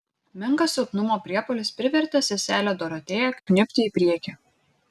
menkas silpnumo priepuolis privertė seselę dorotėją kniubti į priekį